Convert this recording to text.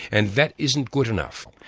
and that isn't good enough.